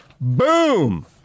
Boom